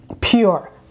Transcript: pure